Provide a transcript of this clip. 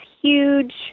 huge